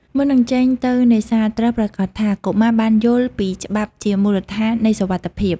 មុននឹងចេញទៅនេសាទ ត្រូវប្រាកដថា កុមារបានយល់ ពីច្បាប់ជាមូលដ្ឋាននៃសុវត្ថិភាព។